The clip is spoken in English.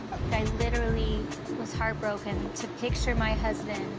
literally was heartbroken to picture my husband,